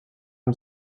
amb